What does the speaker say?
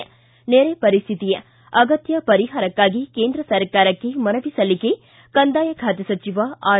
ಿನಿನೆರೆ ಪರಿಸ್ಥಿತಿ ಅಗತ್ಯ ಪರಿಹಾರಕ್ಕಾಗಿ ಕೇಂದ್ರ ಸರ್ಕಾರಕ್ಕೆ ಮನವಿ ಸಲ್ಲಿಕೆ ಕಂದಾಯ ಖಾತೆ ಸಚಿವ ಆರ್